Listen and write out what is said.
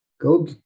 Go